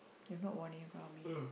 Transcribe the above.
you have not worn it from me